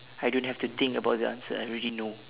I don't have to think about the answer I already know